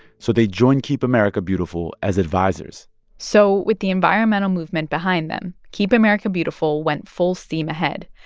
so they joined keep america beautiful as advisers so with the environmental movement behind them, keep america beautiful went full steam ahead.